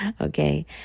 okay